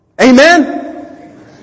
Amen